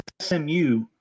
SMU